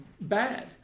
bad